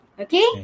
Okay